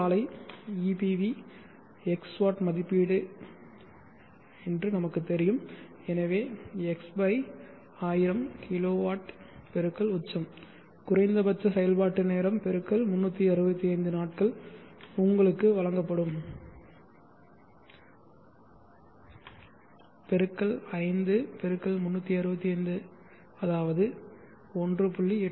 ஆலை ஈபிவிக்கு X watt மதிப்பீடு என்று நமக்கு தெரியும் எனவே x 1000 கிலோவாட் × உச்சம் குறைந்தபட்ச செயல்பாட்டு நேரம் × 365 நாட்கள் உங்களுக்கு வழங்கும் × 5 × 365 அதாவது 1